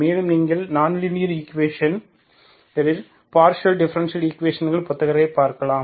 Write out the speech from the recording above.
மேலும் நீங்கள் நான் லீனியர் ஈக்குவேஷன்களில் பார்ஷியல் டிஃப்பரன்சியல் ஈக்குவேஷன் புத்தகங்களைப் பார்க்கலாம்